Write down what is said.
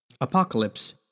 apocalypse